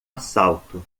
assalto